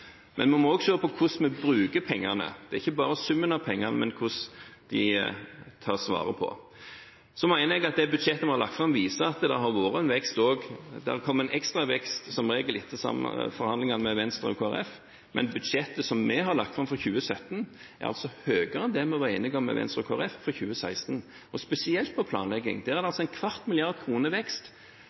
Men vi må også se på hvordan vi bruker pengene. Det gjelder ikke bare summen av pengene, men hvordan de tas vare på. Jeg mener at det budsjettet vi har lagt fram, viser at det har kommet en ekstra vekst, som regel etter forhandlinger med Venstre og Kristelig Folkeparti. Men budsjettet som vi har lagt fram for 2017, er høyere enn det vi var enige om med Venstre og Kristelig Folkeparti for 2016, og spesielt når det gjelder planlegging. Der er det en kvart milliard kroner i vekst